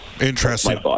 Interesting